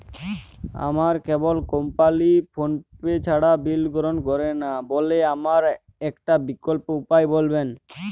আমার cable company PhonePe ছাড়া bill গ্রহণ করে না বলে আমার একটা বিকল্প উপায় বলবেন?